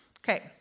Okay